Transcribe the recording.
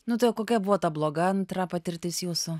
nu tai o kokia buvo ta bloga antra patirtis jūsų